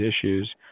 issues